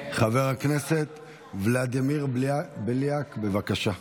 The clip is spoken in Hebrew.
חבר הכנסת ולדימיר בליאק, בבקשה.